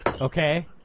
Okay